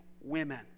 women